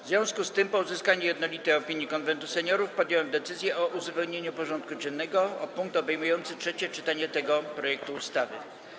W związku z tym, po uzyskaniu jednolitej opinii Konwentu Seniorów, podjąłem decyzję o uzupełnieniu porządku dziennego o punkt obejmujący trzecie czytanie tego projektu ustawy.